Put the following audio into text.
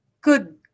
Good